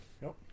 Nope